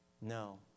no